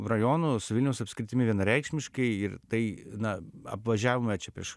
rajonu su vilniaus apskritimi vienareikšmiškai ir tai na apvažiavome čia prieš